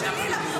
תמיד רק טלי.